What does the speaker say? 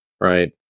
right